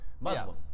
Muslim